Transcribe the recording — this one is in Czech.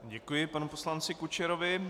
Děkuji panu poslanci Kučerovi.